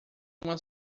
uma